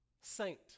Saint